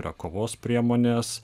yra kovos priemonės